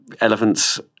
elephants